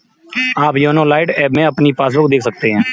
आप YONO lite app में अपनी पासबुक देख सकते हैं